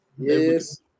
Yes